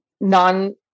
non